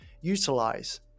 utilize